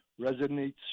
resonates